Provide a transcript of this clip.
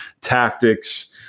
tactics